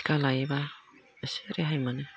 थेखा लायोबा एसे रेहाय मोनो